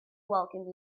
welcome